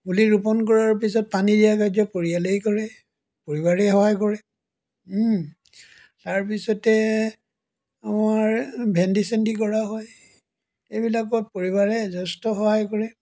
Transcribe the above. পুলি ৰোপণ কৰাৰ পাছত পানী দিয়া কাৰ্য পৰিয়ালেই কৰে পৰিবাৰেই সহায় কৰে তাৰপিছতে আমাৰ ভেন্দি চেন্দি কৰা হয় এইবিলাকত পৰিবাৰে যথেষ্ট সহায় কৰে